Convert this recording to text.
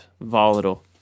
volatile